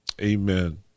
amen